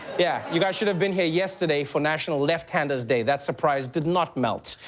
yeah, you guys should have been here yesterday for national left-handers day. that surprise did not melt.